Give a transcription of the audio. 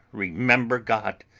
remember, god,